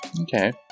Okay